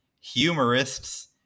humorists